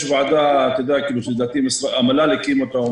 יש ועדה שהמל"ל הקים אותה,